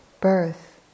Birth